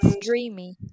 dreamy